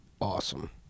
Awesome